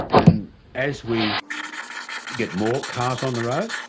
and as we get more cars on the road,